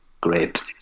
great